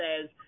says